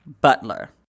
Butler